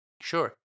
Sure